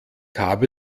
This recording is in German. habe